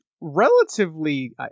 relatively